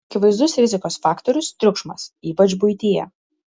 akivaizdus rizikos faktorius triukšmas ypač buityje